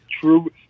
True